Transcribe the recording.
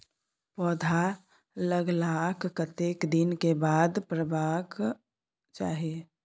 पौधा लागलाक कतेक दिन के बाद खाद परबाक चाही?